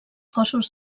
cossos